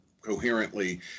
coherently